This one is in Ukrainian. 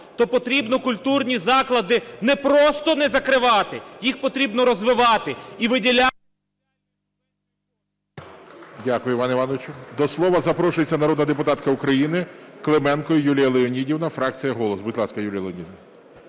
то потрібно культурні заклади не просто не закривати, їх потрібно розвивати… ГОЛОВУЮЧИЙ.